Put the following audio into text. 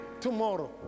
tomorrow